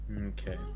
okay